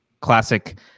classic